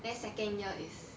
then second year is